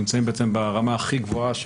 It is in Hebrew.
נמצאים בעצם ברמה הכי גבוהה,